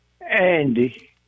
Andy